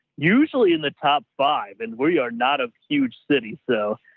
usually in the top five and we are not a huge city. so